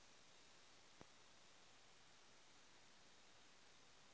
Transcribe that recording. अगर जरूरत बैंक में होय है की?